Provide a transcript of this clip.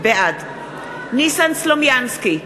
בעד ניסן סלומינסקי,